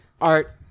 Art